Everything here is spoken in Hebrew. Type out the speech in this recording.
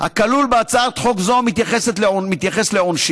הכלול בהצעת חוק זו מתייחס לעונשין.